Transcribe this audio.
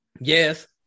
Yes